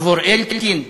עבור אלקין?